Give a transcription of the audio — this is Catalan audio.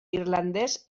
irlandès